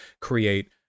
create